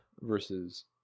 versus